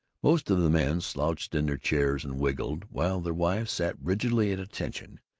most of the men slouched in their chairs and wriggled, while their wives sat rigidly at attention,